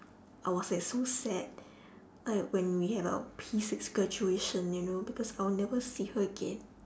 I was like so sad like when we have our P six graduation you know because I will never see her again